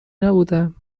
نبودم